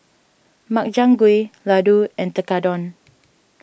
Makchang Gui Ladoo and Tekkadon